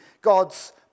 God's